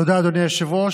תודה, אדוני היושב-ראש.